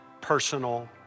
Personal